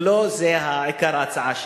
לא זה עיקר ההצעה שלי.